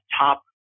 top